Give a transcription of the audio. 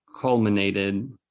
culminated